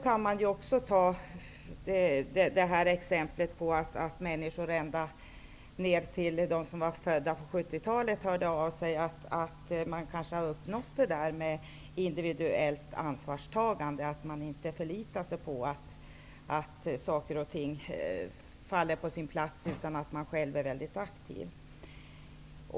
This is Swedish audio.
Man kan också om exemplet på att människor ända ned till dem som är födda på 70-talet hörde av sig säga att man kanske har uppnått individuellt ansvarstagande. Människor förlitar sig inte på att saker och ting faller på sin plats utan att man själv är mycket aktiv.